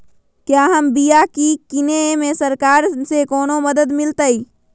क्या हम बिया की किने में सरकार से कोनो मदद मिलतई?